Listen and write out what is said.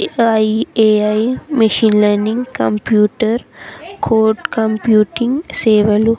I A I machine learning computer code computing సేవలు